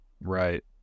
right